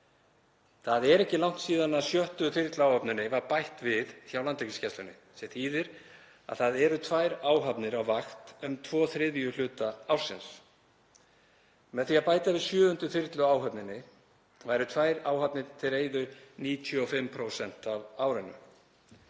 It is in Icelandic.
Það er ekki langt síðan sjöttu þyrluáhöfninni var bætt við hjá Landhelgisgæslunni sem þýðir að það eru tvær áhafnir á vakt um tvo þriðju hluta ársins. Með því að bæta við sjöundu þyrluáhöfninni væru tvær áhafnir til reiðu 95% af árinu.